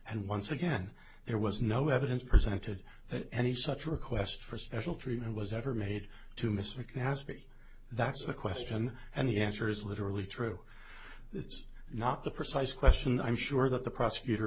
and once again there was no evidence presented that any such request for special treatment was ever made to miss mcnasty that's the question and the answer is literally true it's not the precise question i'm sure that the prosecutor